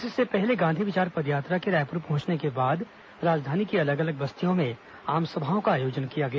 इससे पहले गांधी विचार पदयात्रा के रायपुर पहुंचने के बाद राजधानी की अलग अलग बस्तियों में आमसभाओं का आयोजन किया गया